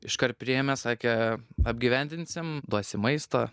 iškart priėmė sakė apgyvendinsim duosim maisto